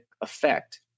effect